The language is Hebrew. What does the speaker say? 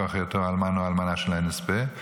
מכוח היותו אלמן או אלמנה של הנספה.